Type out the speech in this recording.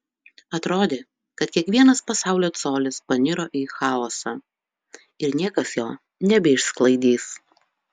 atrodė kad kiekvienas pasaulio colis paniro į chaosą ir niekas jo nebeišsklaidys